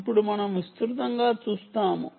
ఇప్పుడు మనం విస్తృతంగా చూస్తాము